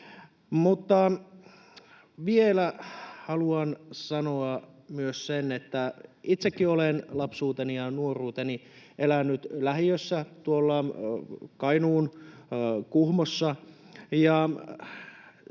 Vielä haluan sanoa myös sen, että itsekin olen lapsuuteni ja nuoruuteni elänyt lähiössä tuolla Kainuun Kuhmossa